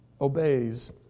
obeys